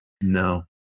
No